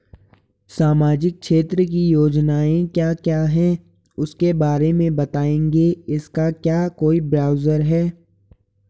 सामाजिक क्षेत्र की योजनाएँ क्या क्या हैं उसके बारे में बताएँगे इसका क्या कोई ब्राउज़र है?